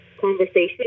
conversation